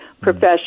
profession